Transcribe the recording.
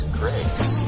grace